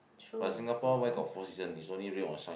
but Singapore where got four season it's either rain or shine